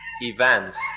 events